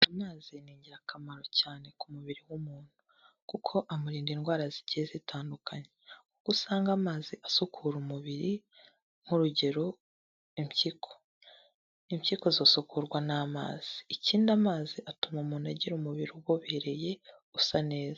Amazi ni ingirakamaro cyane ku mubiri w'umuntu kuko amurinda indwara zigiye zitandukanye, kuko usanga amazi asukura umubiri nk'urugero impyiko, impyiko zisukurwa n'amazi, ikindi amazi atuma umuntu agira umubiri ubobereye usa neza.